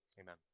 amen